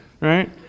right